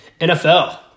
NFL